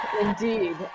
indeed